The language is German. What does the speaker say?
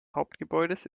hauptgebäudes